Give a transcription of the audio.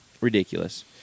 Ridiculous